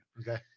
Okay